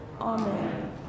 amen